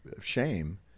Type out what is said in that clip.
shame